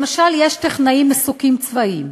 למשל, יש טכנאי מסוקים צבאיים,